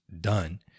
done